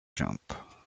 jump